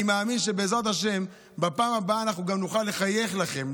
אני מאמין שבעזרת השם בפעם הבאה אנחנו גם נוכל לחייך אליכם,